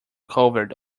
covered